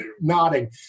nodding